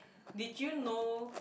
did you know